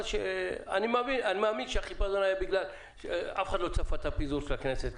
אני מאמין שהחיפזון היה בגלל שאף אחד לא צפה את הפיזור של הכנסת.